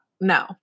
No